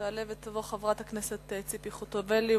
תעלה ותבוא חברת הכנסת ציפי חוטובלי,